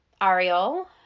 ariel